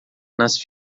nas